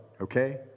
okay